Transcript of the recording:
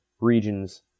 regions